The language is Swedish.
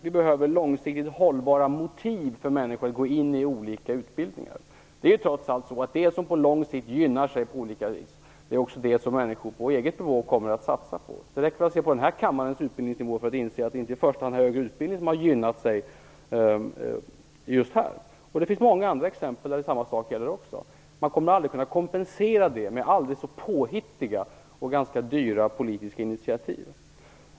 Vi behöver långsiktigt hållbara motiv för att människor skall gå på olika utbildningar. Det är trots allt så att det som på lång sikt lönar sig på olika sätt är det som människor på eget bevåg kommer att satsa på. Det räcker med att se på utbildningsnivån här i kammaren för att inse att det inte i första hand är högre utbildning som har lönat sig. Det finns många andra exempel på samma sak. Man kommer aldrig att kunna kompensera det med aldrig så påhittiga och dyra politiska initiativ.